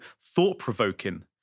thought-provoking